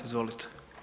Izvolite.